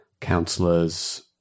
counselors